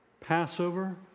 Passover